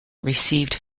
received